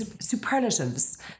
superlatives